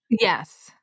Yes